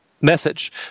message